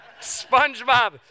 SpongeBob